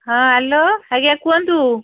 ହଁ ହ୍ୟାଲୋ ଆଜ୍ଞା କୁହନ୍ତୁ